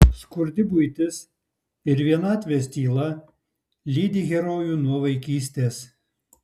skurdi buitis ir vienatvės tyla lydi herojų nuo vaikystės